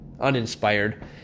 uninspired